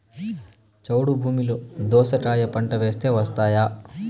చౌడు భూమిలో దోస కాయ పంట వేస్తే వస్తాయా?